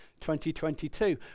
2022